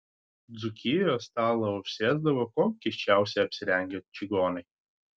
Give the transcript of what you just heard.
dzūkijoje stalą užsėsdavo kuo keisčiausiai apsirengę čigonai